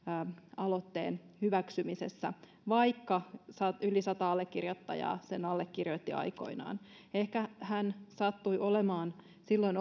aloitteen hyväksymisessä vaikka yli sata allekirjoittajaa sen allekirjoitti aikoinaan ehkä hän sattui olemaan silloin